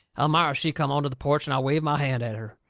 elmira, she come onto the porch and i waved my hand at her.